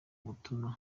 ubutumwa